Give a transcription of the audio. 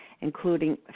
including